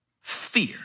Fear